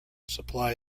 supply